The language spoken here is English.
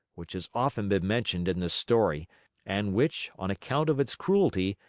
which has often been mentioned in this story and which, on account of its cruelty,